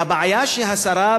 והבעיה שהשרה,